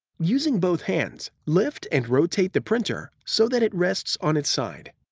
using both hands, lift and rotate the printer so that it rests on its side.